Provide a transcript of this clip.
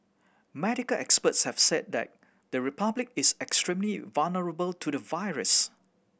medical experts have said that the Republic is extremely vulnerable to the virus